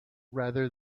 rather